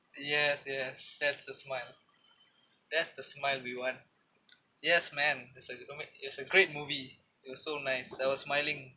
yes yes that's the smile that's the smile we want yes man is a is a great movie it was so nice I was smiling